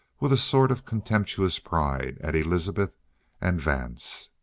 with a sort of contemptuous pride, at elizabeth and vance.